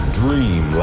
dream